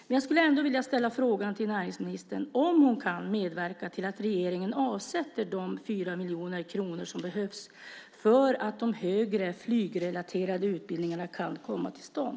Men jag skulle ändå vilja ställa frågan till näringsministern om hon kan medverka till att regeringen avsätter de 4 miljoner kronor som behövs för att de högre flygrelaterade utbildningarna ska kunna komma till stånd.